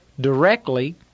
directly